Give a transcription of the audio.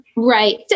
Right